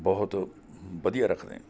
ਬਹੁਤ ਵਧੀਆ ਰੱਖਦੇ